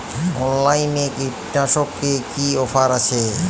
অনলাইনে কীটনাশকে কি অফার আছে?